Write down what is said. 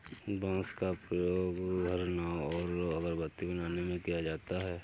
बांस का प्रयोग घर, नाव और अगरबत्ती बनाने में किया जाता है